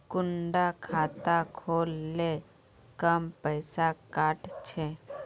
कुंडा खाता खोल ले कम पैसा काट छे?